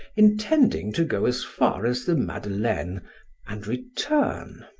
intending to go as far as the madeleine and return.